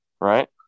Right